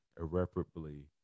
irreparably